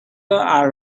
are